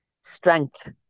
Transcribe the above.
strength